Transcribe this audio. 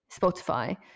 Spotify